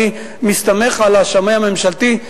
אני מסתמך על השמאי הממשלתי,